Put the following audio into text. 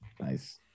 Nice